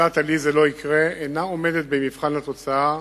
התפיסה "לי זה לא יקרה" אינה עומדת במבחן התוצאה,